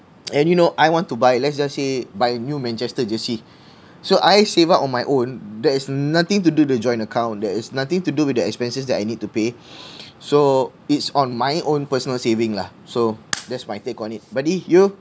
and you know I want to buy let's just say buy a new manchester jersey so I save up on my own that is nothing to do the joint account there is nothing to do with the expenses that I need to pay so it's on my own personal saving lah so that's my take on it buddy you